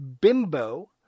bimbo